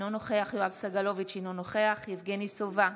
אינו נוכח יואב סגלוביץ' אינו נוכח יבגני סובה,